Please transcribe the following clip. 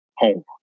home